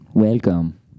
Welcome